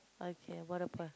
okay what happen